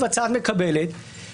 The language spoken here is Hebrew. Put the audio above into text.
דותן קורא לו "אי-סבירות של מופרכות".